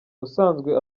usanzwe